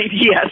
yes